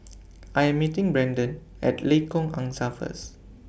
I Am meeting Braiden At Lengkok Angsa First